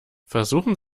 versuchen